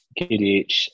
KDH